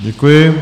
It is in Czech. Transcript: Děkuji.